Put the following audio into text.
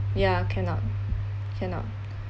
ya cannot cannot